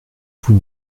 vous